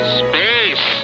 space